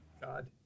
God